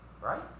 Right